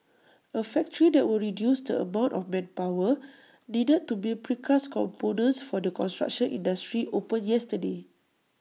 A factory that will reduce the amount of manpower needed to build precast components for the construction industry opened yesterday